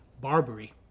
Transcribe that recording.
Barbary